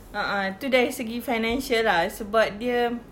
a'ah itu dari segi financial lah sebab dia